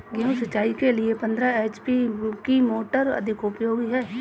गेहूँ सिंचाई के लिए पंद्रह एच.पी की मोटर अधिक उपयोगी है?